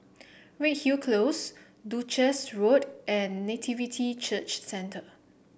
Redhill Close Duchess Walk and Nativity Church Centre